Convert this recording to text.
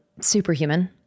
Superhuman